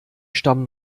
stammen